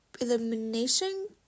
Elimination